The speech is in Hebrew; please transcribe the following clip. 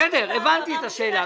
בסדר, הבנתי את השאלה.